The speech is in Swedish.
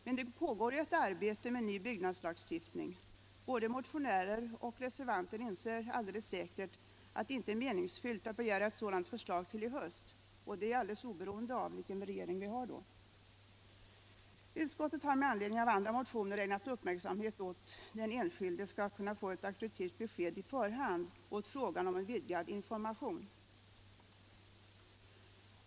Men det pågår ett arbete på en ny byggnadslagstiftning. Både motionärer och reservanter inser alldeles säkert att det inte är meningsfullt att begära ett sådant förslag till i höst — och detta oberoende av vilken regering vi har då. Utskottet har med anledning av andra motioner ägnat uppmärksamhet åt hur den enskilde skall kunna få ett auktoritativt "besked i förhand och åt frågan om en vidgad information.